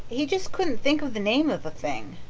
he just couldn't think of the name of the thing.